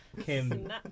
Kim